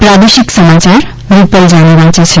પ્રાદેશિક સમાચાર રૂપલ જાની વાંચે છે